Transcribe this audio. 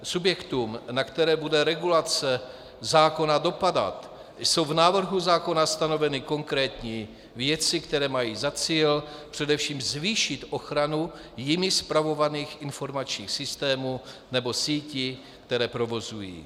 Subjektům, na které bude regulace zákona dopadat, jsou v návrhu zákona stanoveny konkrétní věci, které mají za cíl, především zvýšit ochranu jimi spravovaných informačních systémů nebo sítí, které provozují.